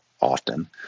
often